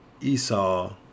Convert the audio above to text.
Esau